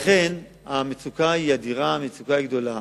לכן המצוקה היא אדירה, המצוקה היא גדולה.